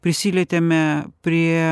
prisilietėme prie